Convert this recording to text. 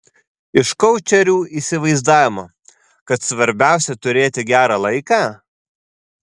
iš koučerių įsivaizdavimo kad svarbiausia turėti gerą laiką